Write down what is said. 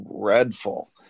dreadful